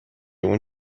اون